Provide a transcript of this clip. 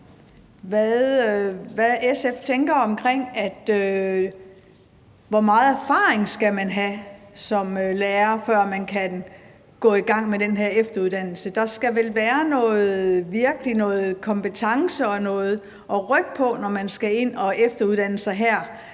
hvad SF tænker om, hvor meget erfaring man skal have som lærer, før man kan gå i gang med den her efteruddannelse. Der skal vel være noget virkelighed, noget kompetence og noget at rykke på, når man skal ind og efteruddanne sig.